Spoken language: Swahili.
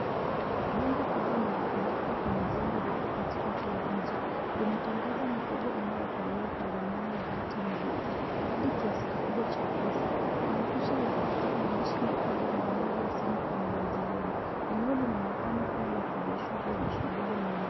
Bango kubwa limetundikwa kwenye jengo refu katikati ya mji. Inatangaza mikopo inayotolewa kwa dhamana ya hatimiliki hadi kiasi kikubwa cha pesa. Kuna picha ya hati, maandishi makubwa na nambari ya simu kwa mawasiliano. Eneo linaonekana kuwa la kibiashara lenye shughuli nyingi.